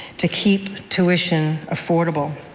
to keep tuition affordable.